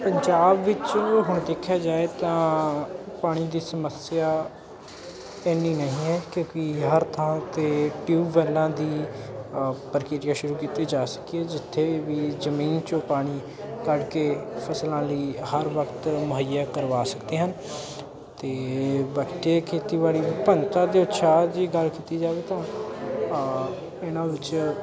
ਪੰਜਾਬ ਵਿੱਚ ਹੁਣ ਦੇਖਿਆ ਜਾਏ ਤਾਂ ਪਾਣੀ ਦੀ ਸਮੱਸਿਆ ਇੰਨੀ ਨਹੀਂ ਹੈ ਕਿਉਂਕਿ ਹਰ ਥਾਂ 'ਤੇ ਟਿਊਬਵੈਲਾਂ ਦੀ ਪ੍ਰਕਿਰਿਆ ਸ਼ੁਰੂ ਕੀਤੀ ਜਾ ਸਕੀ ਹੈ ਜਿੱਥੇ ਵੀ ਜ਼ਮੀਨ 'ਚੋਂ ਪਾਣੀ ਕੱਢ ਕੇ ਫਸਲਾਂ ਲਈ ਹਰ ਵਕਤ ਮੁਹੱਈਆ ਕਰਵਾ ਸਕਦੇ ਹਨ ਅਤੇ ਵਾਕਈ ਖੇਤੀਬਾੜੀ ਵਿਭਿੰਨਤਾ ਦੇ ਉਤਸ਼ਾਹ ਦੀ ਗੱਲ ਕੀਤੀ ਜਾਵੇ ਤਾਂ ਇਹਨਾਂ ਵਿੱਚ